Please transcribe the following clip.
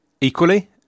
Equally